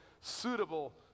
suitable